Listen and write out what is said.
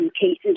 cases